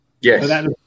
Yes